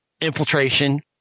infiltration